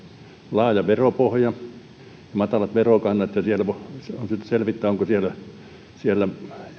laaja veropohja ja matalat verokannat ja voidaan sitten selvittää onko siellä